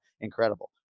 incredible